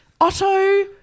...Otto